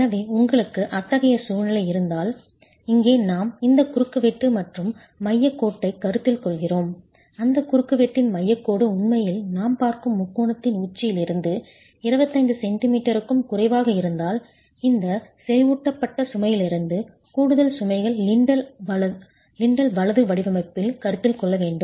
எனவே உங்களுக்கு அத்தகைய சூழ்நிலை இருந்தால் இங்கே நாம் இந்த குறுக்குவெட்டு மற்றும் மையக் கோட்டைக் கருத்தில் கொள்கிறோம் அந்த குறுக்குவெட்டின் மையக் கோடு உண்மையில் நாம் பார்க்கும் முக்கோணத்தின் உச்சியில் இருந்து 25 சென்டிமீட்டருக்கும் குறைவாக இருந்தால் இந்த செறிவூட்டப்பட்ட சுமையிலிருந்து கூடுதல் சுமைகள் லிண்டல் வலது வடிவமைப்பில் கருத்தில் கொள்ள வேண்டும்